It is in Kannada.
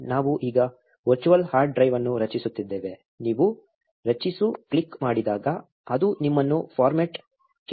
ನಾವು ಈಗ ವರ್ಚುವಲ್ ಹಾರ್ಡ್ ಡ್ರೈವ್ ಅನ್ನು ರಚಿಸುತ್ತಿದ್ದೇವೆ ನೀವು ರಚಿಸು ಕ್ಲಿಕ್ ಮಾಡಿದಾಗ ಅದು ನಿಮ್ಮನ್ನು ಫಾರ್ಮ್ಯಾಟ್ ಕೇಳುತ್ತದೆ